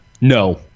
no